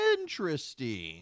Interesting